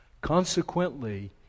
Consequently